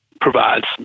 provides